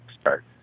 start